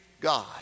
God